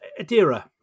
Adira